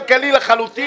זה לא כלכלי לחלוטין.